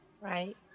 Right